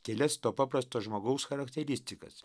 kelias to paprasto žmogaus charakteristikas